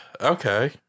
okay